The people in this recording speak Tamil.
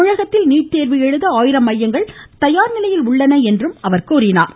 தமிழகத்தில் நீட் தேர்வு எழுத ஆயிரம் மையங்கள் தயார்நிலையில் உள்ளன என்றும் அவர் கூறினார்